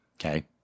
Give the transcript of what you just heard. Okay